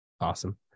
Awesome